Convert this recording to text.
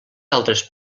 altres